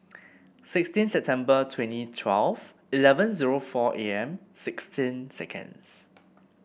sixteen September twenty twelve eleven zero for A M sixteen seconds